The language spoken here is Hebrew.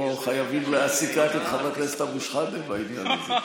לא חייבים להעסיק רק את חבר הכנסת אבו שחאדה בעניין הזה.